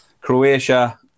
Croatia